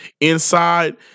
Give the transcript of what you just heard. inside